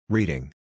Reading